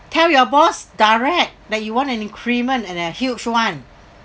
tell your boss direct that you want an increment and a huge [one]